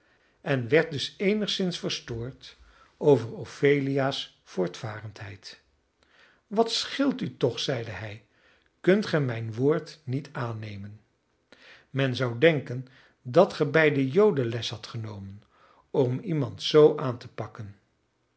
en werd dus eenigszins verstoord over ophelia's voortvarendheid wat scheelt u toch zeide hij kunt gij mijn woord niet aannemen men zou denken dat ge bij de joden les had genomen om iemand zoo aan te pakken